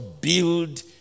build